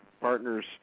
partners